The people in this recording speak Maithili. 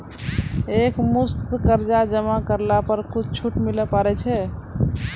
एक मुस्त कर्जा जमा करला पर कुछ छुट मिले पारे छै?